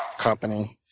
company.